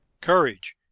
Courage